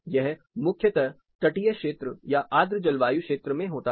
यह मुख्यतः तटीय क्षेत्र या आद्र जलवायु क्षेत्र में होता है